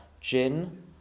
gin